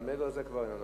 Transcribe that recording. אבל מעבר לזה כבר אין.